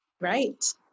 Right